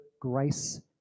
grace